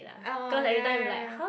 oh ya ya ya